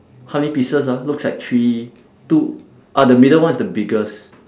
how many pieces ah looks like three two ah the middle one is the biggest